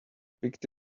picked